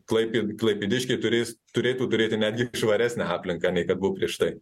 klaipė klaipėdiškiai turės turėtų turėti netgi švaresnę aplinką nei kad buvo prieš tai